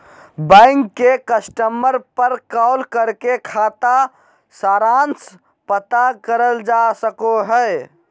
bank के customer पर call करके खाता सारांश पता करल जा सको हय